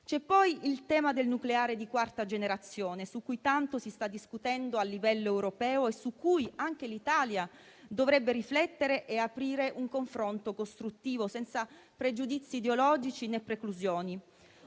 C'è poi il tema del nucleare di quarta generazione, su cui tanto si sta discutendo a livello europeo e su cui anche l'Italia dovrebbe riflettere e aprire un confronto costruttivo, senza pregiudizi ideologici né preclusioni.